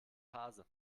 phase